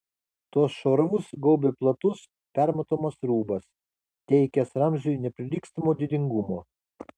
tuos šarvus gaubė platus permatomas rūbas teikęs ramziui neprilygstamo didingumo